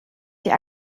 die